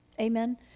Amen